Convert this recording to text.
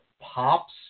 Pops